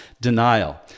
denial